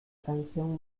canción